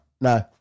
no